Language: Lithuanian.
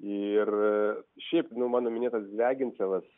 ir šiaip nu mano minėtas dvegincevas